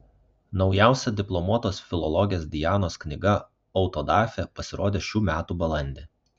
naujausia diplomuotos filologės dianos knyga autodafė pasirodė šių metų balandį